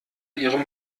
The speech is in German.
ihrem